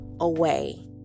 away